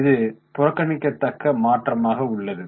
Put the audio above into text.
இது புறக்கணிக்கத்தக்க மாற்றமாக உள்ளது